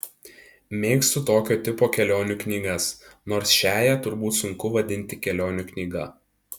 mėgstu tokio tipo kelionių knygas nors šiąją turbūt sunku vadinti kelionių knyga